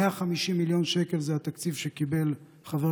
150 מיליון שקל זה התקציב שקיבל חבר